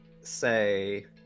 say